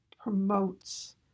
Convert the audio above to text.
promotes